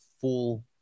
full